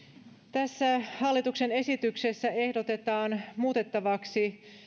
tässä hallituksen esityksessä ehdotetaan muutettavaksi